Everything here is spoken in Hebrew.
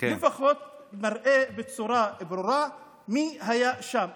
לפחות נראה בצורה ברורה מי היה שם.